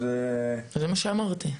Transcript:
זה מה שאמרתי.